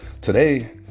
today